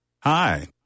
Hi